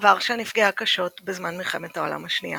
ורשה נפגעה קשות בזמן מלחמת העולם השנייה.